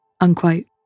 Unquote